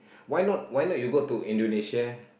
why not why not you go to Indonesia